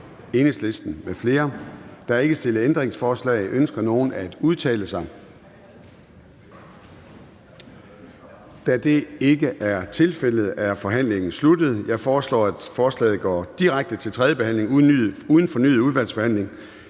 Der er ikke stillet ændringsforslag. Ønsker nogen at udtale sig? Da det ikke er tilfældet, er forhandlingen sluttet. Jeg foreslår, at lovforslaget går direkte til tredje behandling uden fornyet udvalgsbehandling.